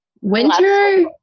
Winter